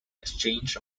exchanged